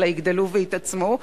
אלא יגדלו ויתעצמו,